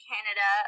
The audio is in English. Canada